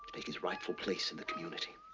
take his rightful place in the community.